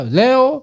leo